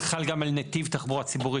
אבל זה לא חל גם על נתיב תחבורה ציבורית,